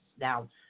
Now